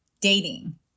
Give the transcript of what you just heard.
dating